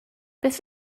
beth